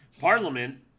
Parliament